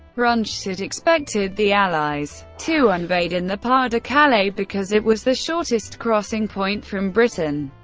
rundstedt expected the allies to invade in the pas-de-calais, because it was the shortest crossing point from britain,